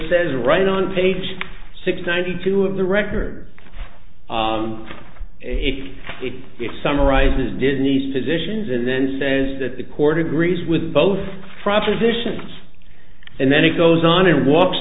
says right on page six ninety two of the record if it summarizes disney's positions and then says that the court agrees with both propositions and then he goes on and walks